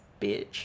bitch